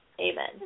Amen